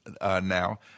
now